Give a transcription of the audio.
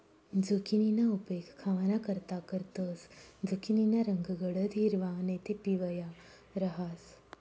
झुकिनीना उपेग खावानाकरता करतंस, झुकिनीना रंग गडद हिरवा नैते पिवया रहास